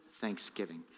thanksgiving